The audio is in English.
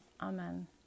Amen